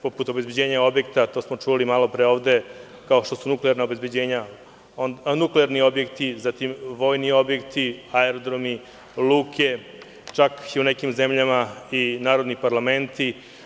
Poput obezbeđenja objekata, to smo čuli malopre ovde, kao što su nuklearni objekti, vojni objekti, aerodromi, luke, čak i u nekim zemljama narodni parlamenti.